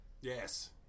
Yes